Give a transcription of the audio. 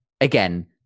Again